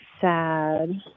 sad